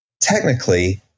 Technically